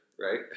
right